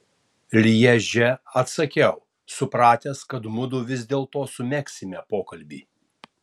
lježe atsakiau supratęs kad mudu vis dėlto sumegsime pokalbį